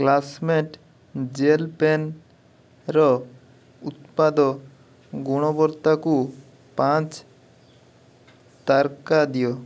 Classmate gel ପେନ୍ର ଉତ୍ପାଦ ଗୁଣବତ୍ତାକୁ ପାଞ୍ଚ ତାରକା ଦିଅନ୍ତୁ